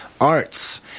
Arts